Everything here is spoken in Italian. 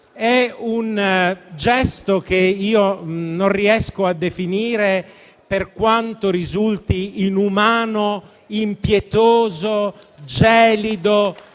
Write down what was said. È un gesto che io non riesco a definire, per quanto risulti inumano, impietoso, gelido,